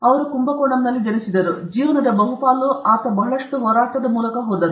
ಆದ್ದರಿಂದ ಅವರು ಕುಂಭಕೋಣಂನಲ್ಲಿ ಜನಿಸಿದರು ಮತ್ತು ಅವರ ಜೀವನದ ಬಹುಪಾಲು ಆತ ಬಹಳಷ್ಟು ಹೋರಾಟದ ಮೂಲಕ ಹೋದನು